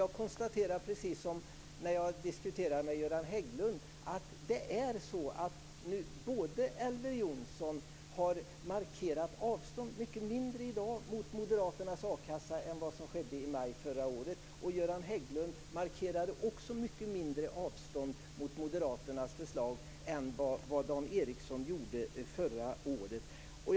Jag konstaterar, precis som när jag diskuterade med Göran Hägglund, att också Elver Jonsson har markerat mycket mindre avstånd mot moderaternas a-kassa i dag än vad som skedde i maj förra året. Göran Hägglund markerade också mycket mindre avstånd mot moderaternas förslag än vad Dan Ericsson gjorde förra året.